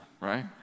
right